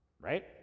Right